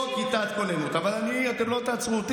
לא שאלנו.